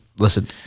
listen